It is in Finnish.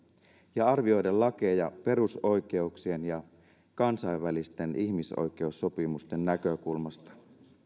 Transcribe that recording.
ja arvioida lakeja perusoikeuksien ja kansainvälisten ihmisoikeussopimusten näkökulmasta